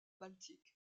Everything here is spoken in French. baltique